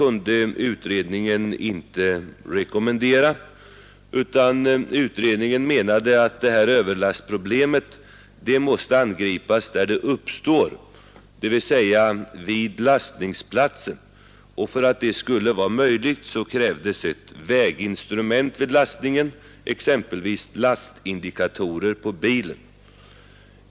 Utredningen kunde inte rekommendera en sådan lösning, utan menade att överlastproblemet måste angripas där det uppstår, dvs. på lastningsplatsen. För att detta skall vara möjligt krävs ett väginstrument vid lastningen, exempelvis lastindikatorer på bilen.